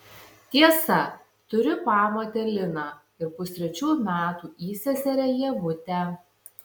tiesa turiu pamotę liną ir pustrečių metų įseserę ievutę